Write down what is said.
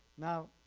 now